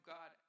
God